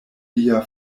lia